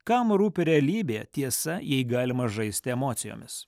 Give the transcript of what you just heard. kam rūpi realybė tiesa jei galima žaisti emocijomis